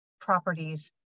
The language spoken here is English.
properties